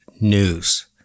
news